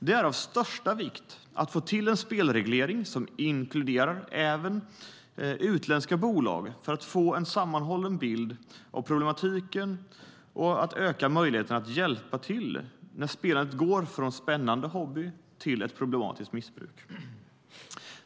Det är av största vikt att få till en spelreglering som inkluderar även utländska bolag, för att få en sammanhållen bild av problematiken och öka möjligheterna att hjälpa till när spelandet går från spännande hobby till ett problematiskt missbruk.